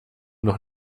noch